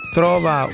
trova